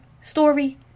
story